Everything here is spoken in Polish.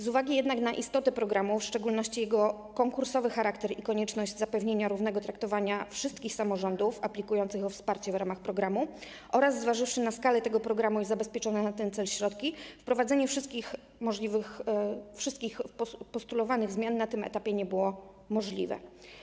Z uwagi jednak na istotę programu, w szczególności jego konkursowy charakter i konieczność zapewnienia równego traktowania wszystkich samorządów aplikujących o wsparcie w ramach programu, oraz zważywszy na skalę tego programu i zabezpieczone na ten cel środki, wprowadzenie wszystkich postulowanych zmian na tym etapie nie było możliwe.